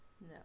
No